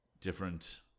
different